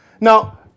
Now